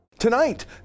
Tonight